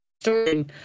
story